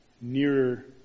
nearer